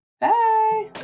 Bye